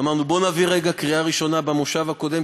אמרנו: בואו נעביר בקריאה ראשונה במושב הקודם,